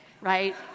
right